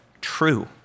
true